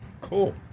Cool